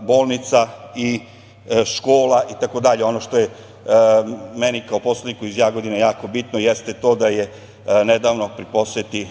bolnica i škola itd. Ono što je meni kao poslaniku iz Jagodine jako bitno, jeste to da je nedavno pri poseti